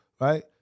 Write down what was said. right